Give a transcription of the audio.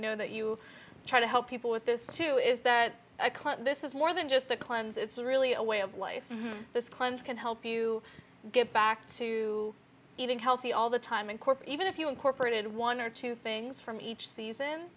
know that you try to help people with this too is that this is more than just a cleanse it's really a way of life this cleanse can help you get back to eating healthy all the time and course even if you incorporated one or two things from each season